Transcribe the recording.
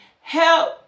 Help